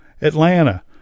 Atlanta